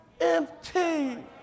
empty